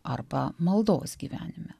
arba maldos gyvenime